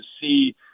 see –